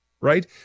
Right